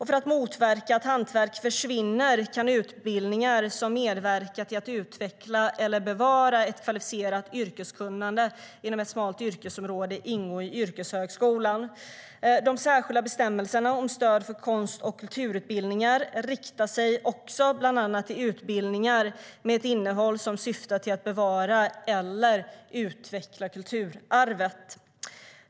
För att motverka att hantverksyrken försvinner kan utbildningar som medverkar till att utveckla eller bevara kvalificerat yrkeskunnande inom ett smalt yrkesområde ingå i yrkeshögskolan. De särskilda bestämmelserna om stöd för konst och kulturutbildningar riktar sig också bland annat till utbildningar med ett innehåll som syftar till att bevara eller utveckla kulturarvet.